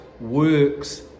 works